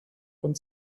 von